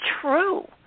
true